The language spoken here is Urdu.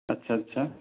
اچھا چھا